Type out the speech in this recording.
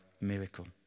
miracle